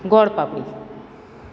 gol papdi